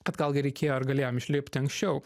kad gal gi reikėjo ar galėjom išlipti anksčiau